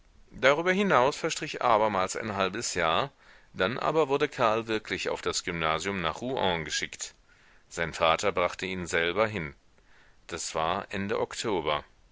darüber hinaus verstrich abermals ein halbes jahr dann aber wurde karl wirklich auf das gymnasium nach rouen geschickt sein vater brachte ihn selber hin das war ende oktober